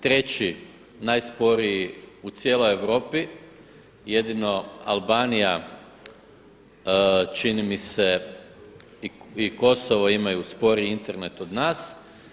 Treći najsporiji u cijeloj Europi, jedino Albanija čini mi se i Kosovo imaju sporiji Internet od nas.